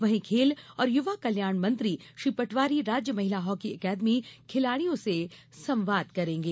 वहीं खेल और युवा कल्याण मंत्री श्री पटवारी राज्य महिला हॉकी अकादमी खिलाड़ियों से संवाद करेंगे